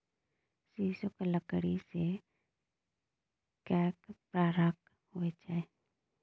सीसोक लकड़की सेहो कैक प्रकारक होए छै